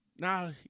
Now